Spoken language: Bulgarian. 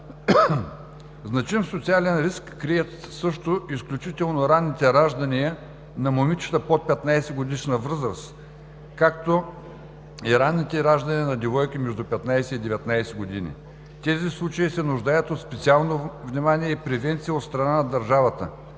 Значим социален риск крият също изключително ранните раждания на момичета под 15-годишна възраст, както и ранните раждания на девойки между 15 и 19 години. Тези случаи се нуждаят от специално внимание и превенция от страна на държавата.